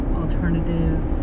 alternative